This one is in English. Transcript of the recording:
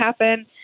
happen